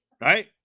Right